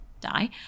die